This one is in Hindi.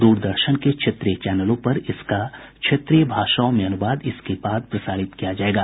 दूरदर्शन के क्षेत्रीय चैनलों पर इसका क्षेत्रीय भाषाओं में अनुवाद इसके बाद प्रसारित किया जाएगा